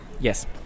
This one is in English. yes